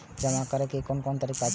जमा करै के कोन तरीका छै?